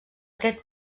tret